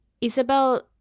Isabel